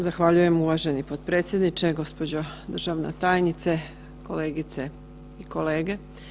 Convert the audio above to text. Zahvaljujem uvaženi potpredsjedničke, gospođo državna tajnice, kolegice i kolege.